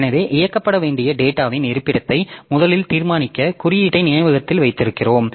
எனவே இயக்கப்பட வேண்டிய டேட்டாவின் இருப்பிடத்தை முதலில் தீர்மானிக்க குறியீட்டை நினைவகத்தில் வைத்திருக்கிறோம்